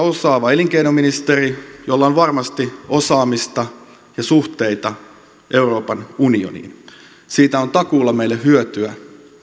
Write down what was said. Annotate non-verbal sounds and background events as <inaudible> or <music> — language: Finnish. <unintelligible> osaava elinkeinoministeri jolla on varmasti osaamista ja suhteita euroopan unioniin siitä on takuulla meille hyötyä